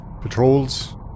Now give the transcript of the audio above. patrols